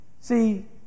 See